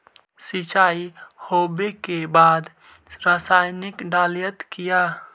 सीचाई हो बे के बाद रसायनिक डालयत किया?